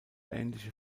ähnliche